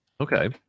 Okay